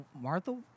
Martha